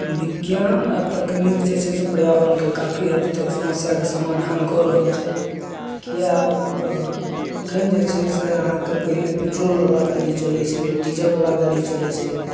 विज्ञान आ तकनीक जे छै से पर्यावरणके काफी हद तक समस्याके समाधान कऽ रहल छथि किए तऽ अखन जे छै से अहाँके पहिले पेट्रोल वला गाड़ी चलै छलैया डीजल बला गाड़ी चलै छलैया